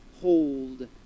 hold